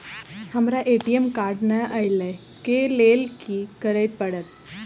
हमरा ATM card नै अई लई केँ लेल की करऽ पड़त?